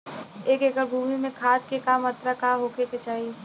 एक एकड़ भूमि में खाद के का मात्रा का होखे के चाही?